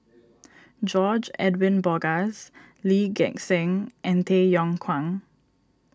George Edwin Bogaars Lee Gek Seng and Tay Yong Kwang